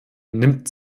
nimmt